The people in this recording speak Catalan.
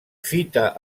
fita